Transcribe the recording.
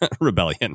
rebellion